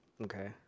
Okay